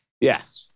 yes